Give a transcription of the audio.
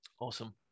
Awesome